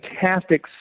fantastic